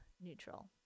neutral